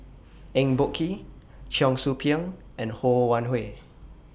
Eng Boh Kee Cheong Soo Pieng and Ho Wan Hui